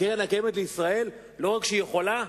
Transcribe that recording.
קרן קיימת לישראל לא רק שהיא יכולה,